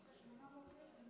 ערב טוב, אדוני